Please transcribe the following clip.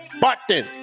button